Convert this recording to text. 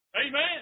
Amen